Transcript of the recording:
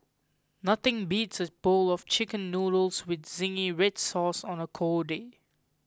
nothing beats a bowl of chicken noodles with zingy red sauce on a cold day